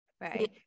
right